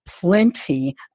plenty